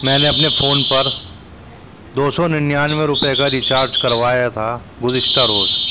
میں نے اپنے فون پر دو سو ننانوے روپے کا ریچارج کروایا تھا گذشتہ روز